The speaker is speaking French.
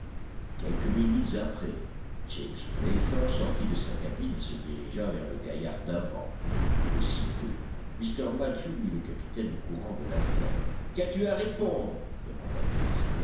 quelques minutes après james playfair sortit de sa cabine et se dirigea vers le gaillard d'avant aussitôt mr mathew mit le capitaine au courant de l'affaire qu'as-tu à répondre demanda james